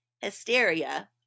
hysteria